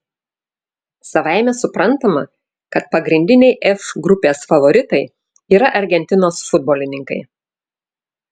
savaime suprantama kad pagrindiniai f grupės favoritai yra argentinos futbolininkai